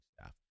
staff